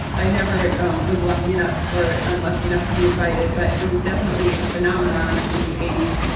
i never um was lucky enough or unlucky enough to be invited but it was definitely a phenomenon in the eighty s.